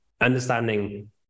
understanding